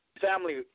Family